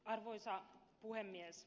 arvoisa puhemies